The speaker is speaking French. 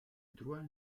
droit